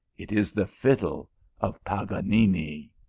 it is the fiddle of paganini!